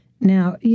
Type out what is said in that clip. Now